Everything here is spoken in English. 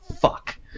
fuck